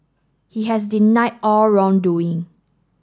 he has denied all wrongdoing